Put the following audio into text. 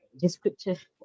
descriptive